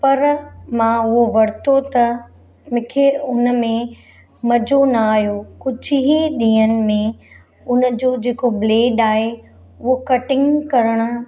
पर मां उहो वरितो त मूंखे उन में मज़ो न आहियो कुझु ई ॾींहंनि में उन जो जेको ब्लेड आहे उहो कटिंग करणु